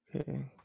okay